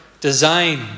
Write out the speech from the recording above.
design